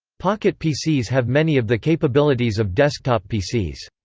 pocket pcs have many of the capabilities of desktop pcs.